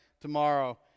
tomorrow